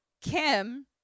kim